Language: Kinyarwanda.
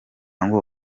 ngo